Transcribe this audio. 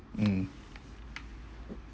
mm